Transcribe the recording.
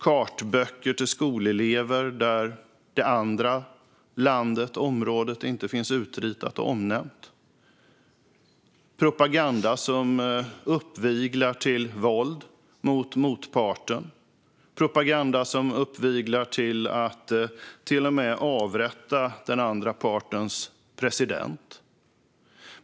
Skolelever får använda kartböcker där det andra området inte finns utritat och omnämnt. Det finns propaganda som uppviglar till våld mot motparten och som till och med uppviglar till mord på den andra partens president.